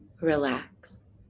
Relax